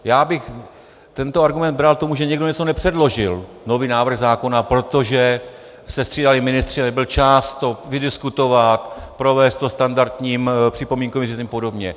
Já bych tento argument bral tomu, že někdo něco nepředložil, nový návrh zákona, protože se střídali ministři a nebyl čas to vydiskutovat, provést to standardním připomínkovým řízením apod.